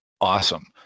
awesome